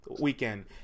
weekend